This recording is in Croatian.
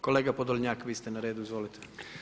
Kolega Podolnjak, vi ste na redu, izvolite.